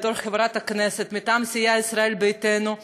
בתור חברת כנסת מטעם סיעת ישראל ביתנו.